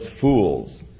fools